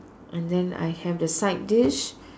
and then I have the side dish